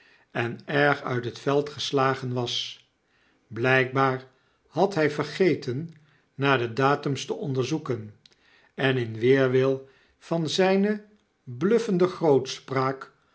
en erg uit het veld geslagen was blijkbaar had hij vergeten naar de datums te onderzoeken en in weerwil van zyne bluifende grootspraak